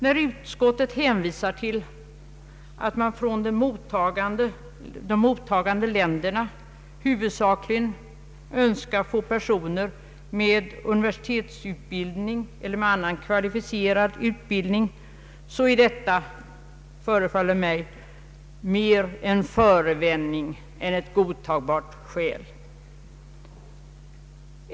När utskottet hänvisar till att man från de mottagande länderna huvudsakligen önskar få personer med universitetsutbildning eller med annan kvalificerad utbildning, förefaller detta mig vara mera en förevändning än ett godtagbart skäl.